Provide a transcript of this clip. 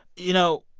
you know,